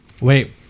Wait